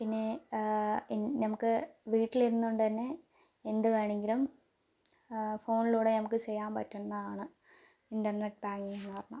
പിന്നേ ഇൻ നമുക്ക് വീട്ടിലിരുന്നുകൊണ്ട് തന്നെ എന്ത് വേണെങ്കിലും ഫോണിലൂടെ നമുക്ക് ചെയ്യാൻ പറ്റുന്നതാണ് ഇൻറ്റർനെറ്റ് ബാങ്കിങ്ങ് എന്ന് പറഞ്ഞാൽ